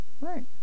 Right